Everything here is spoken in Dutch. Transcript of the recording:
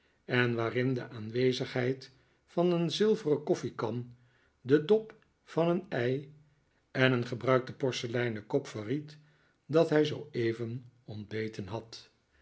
en waarin de aanwezigheid van een zilveren koffiekan de dop van een ei en een gebruikten porseleinen kop verried dat hij zooeven ontbeten had